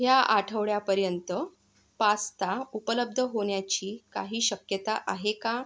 ह्या आठवड्यापर्यंत पास्ता उपलब्ध होण्याची काही शक्यता आहे का